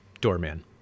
Doorman